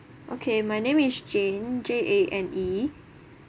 okay my name is jane J A N E